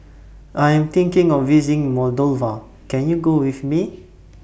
I Am thinking of visiting Moldova Can YOU Go with Me